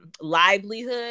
livelihood